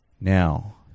Now